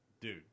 dude